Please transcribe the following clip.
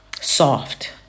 soft